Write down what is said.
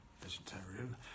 vegetarian